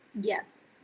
Yes